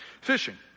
Fishing